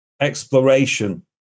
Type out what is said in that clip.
exploration